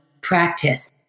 practice